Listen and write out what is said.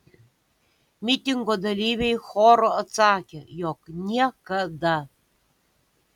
mitingo dalyviai choru atsakė jog niekada